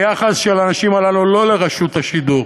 היחס של האנשים הללו לא לרשות השידור,